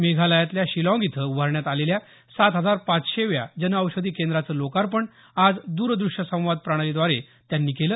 मेघालयातल्या शिलाँग इथं उभारण्यात आलेल्या सात हजार पाचशेव्या जनऔषधी केंद्राच लोकार्पण आज दूरदृश्य संवाद प्रणालीद्वारे त्यांनी केलं